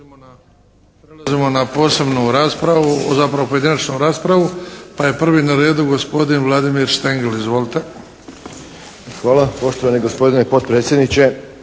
Hvala poštovani gospodine potpredsjedniče.